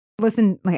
Listen